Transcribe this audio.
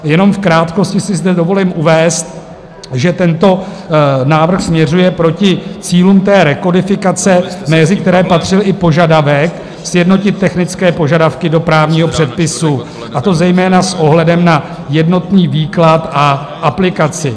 Jenom v krátkosti si zde dovolím uvést, že tento návrh směřuje proti cílům rekodifikace, mezi které patřil i požadavek sjednotit technické požadavky do právního předpisu, a to zejména s ohledem na jednotný výklad a aplikaci.